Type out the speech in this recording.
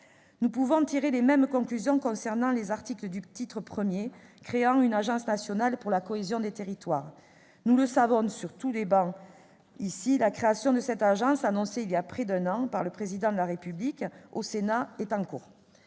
Nous pouvons tirer les mêmes conclusions concernant les articles du titre I créant une agence nationale pour la cohésion des territoires. Sur toutes les travées, nous le savons, la création de cette agence, annoncée voilà près d'un an par le Président de la République, ici même, au Sénat, est en cours.